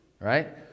right